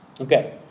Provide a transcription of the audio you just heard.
Okay